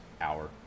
hour